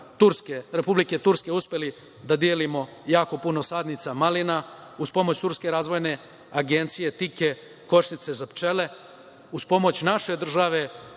Republike Turske, uspeli da delimo jako puno sadnica malina, uz pomoć Turske razvojne agencije „TIKE“ košnice za pčele, uz pomoć naše države